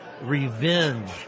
revenge